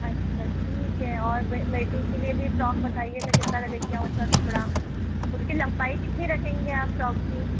अच्छा ठीक है और बेटी के लिए भी फ्रॉक बताइए मैं कितना लेके आऊं उसका कपड़ा उसकी लंबाई कितनी रखेंगे आप फ्रॉक की